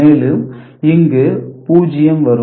மேலும் இங்கு 0 வரும்